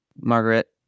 Margaret